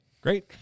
great